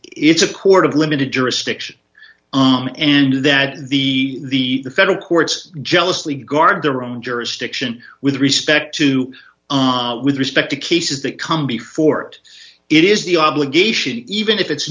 it's a court of limited jurisdiction and that the federal courts jealously guard their own jurisdiction with respect to with respect to cases that come before it is the obligation even if it's